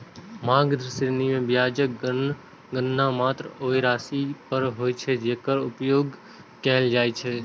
मांग ऋण मे ब्याजक गणना मात्र ओइ राशि पर होइ छै, जेकर उपयोग कैल जाइ छै